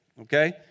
okay